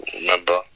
remember